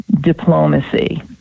diplomacy